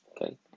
okay